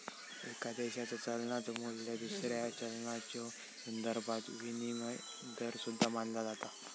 एका देशाच्यो चलनाचो मू्ल्य दुसऱ्या चलनाच्यो संदर्भात विनिमय दर सुद्धा मानला जाता